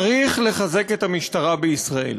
צריך לחזק את המשטרה בישראל.